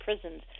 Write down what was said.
prisons